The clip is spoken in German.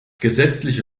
gesetzliche